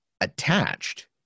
attached